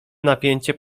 napięcie